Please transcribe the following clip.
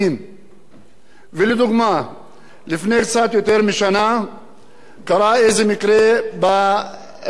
לפני קצת יותר משנה קרה מקרה באיזה כפר ערבי.